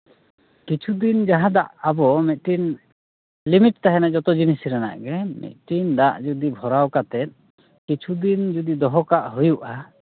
ᱠᱤᱪᱷᱩᱫᱤᱱ ᱡᱟᱦᱟᱸ ᱫᱟᱜ ᱟᱵᱚ ᱢᱤᱫᱴᱤᱱ ᱞᱤᱢᱤᱴ ᱛᱟᱦᱮᱱᱟ ᱡᱚᱛᱚ ᱡᱤᱱᱤᱥ ᱨᱮᱱᱟᱜ ᱜᱮ ᱢᱤᱫᱴᱤᱱ ᱫᱟᱜ ᱡᱩᱫᱤ ᱵᱷᱚᱨᱟᱣ ᱠᱟᱛᱮ ᱠᱤᱪᱷᱩ ᱫᱤᱱ ᱡᱩᱫᱤ ᱫᱚᱦᱚ ᱠᱟᱜ ᱦᱩᱭᱩᱜᱼᱟ